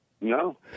No